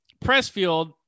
Pressfield